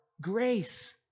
grace